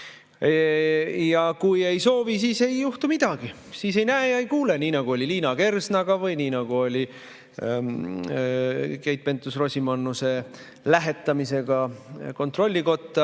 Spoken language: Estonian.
Ja kui ei soovi, siis ei juhtu midagi, siis ei näe ja ei kuule, nii nagu oli Liina Kersnaga või nii nagu oli Keit Pentus-Rosimannuse lähetamisega kontrollikotta.